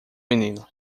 menino